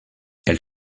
elle